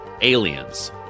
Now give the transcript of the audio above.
Aliens